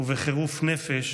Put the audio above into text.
ובחירוף נפש